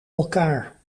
elkaar